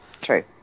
True